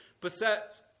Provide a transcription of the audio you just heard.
beset